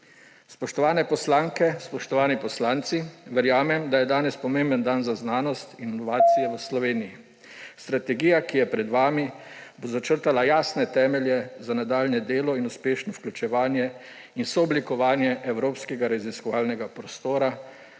Spoštovane poslanke, spoštovani poslanci! Verjamem, da je danes pomemben dan za znanost in inovacije v Sloveniji. Strategija, ki je pred vami, bo začrtala jasne temelje za nadaljnje delo in uspešno vključevanje in sooblikovanje evropskega raziskovalnega prostora